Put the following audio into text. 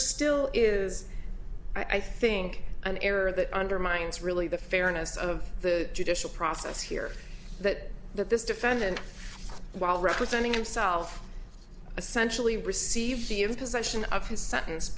still is i think an error that undermines really the fairness of the judicial process here that that this defendant while representing himself essentially receives the of possession of his sentence